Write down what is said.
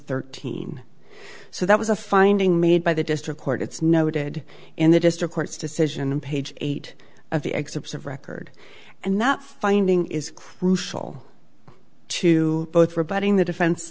thirteen so that was a finding made by the district court it's noted in the district court's decision in page eight of the excerpts of record and that finding is crucial to both rebutting the defense